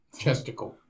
Chesticle